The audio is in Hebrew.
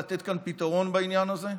לתת כאן פתרון בעניין הזה.